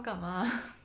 干嘛